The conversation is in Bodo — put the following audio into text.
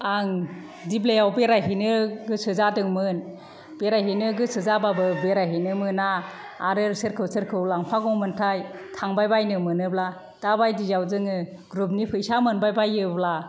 आं दिब्लाइयाव बेरायहैनो गोसो जादोंमोन बेरायहैनो गोसो जाबाबो बेरायहैनो मोना आरो सोरखौ सोरखौ लांफागौमोनथाइ थांबाय बायनो मोनोब्ला दा बायदियाव जोङो ग्रुबनि फैसा मोनबाय बायोब्ला